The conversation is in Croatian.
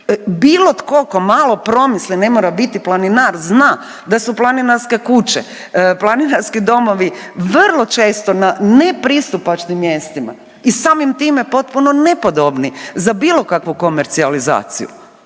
bilo tko tko malo promisli, ne mora biti planinar zna da su planinarske kuće, planinarski domovi vrlo često na nepristupačnim mjestima i samim time potpuno nepodobni za bilo kakvu komercijalizaciju.